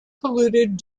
polluted